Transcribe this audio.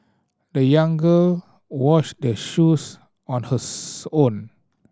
the young girl washed their shoes on hers own